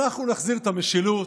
אנחנו נחזיר את המשילות,